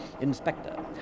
Inspector